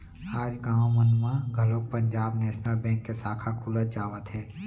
आज गाँव मन म घलोक पंजाब नेसनल बेंक के साखा खुलत जावत हे